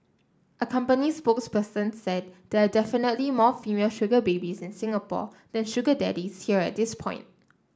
a company spokesperson said there are definitely more female sugar babies in Singapore than sugar daddies here at this point